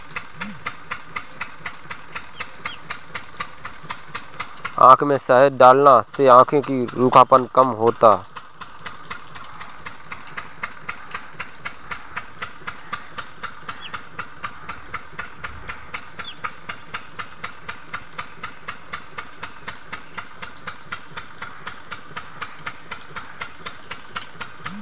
आँख में शहद डालला से आंखी के रूखापन कम होखेला